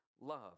love